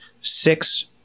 six